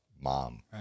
mom